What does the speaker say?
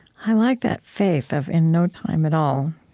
i like that faith of in no time at all.